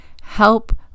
help